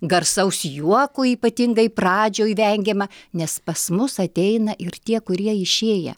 garsaus juoko ypatingai pradžioj vengiama nes pas mus ateina ir tie kurie išėję